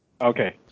Okay